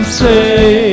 say